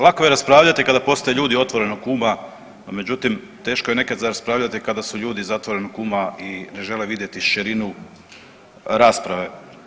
Lako je raspravljati kada postoje ljudi otvorenoga uma, međutim teško je nekada raspravljati kada su ljudi zatvorenog uma i ne žele vidjeti širinu rasprave.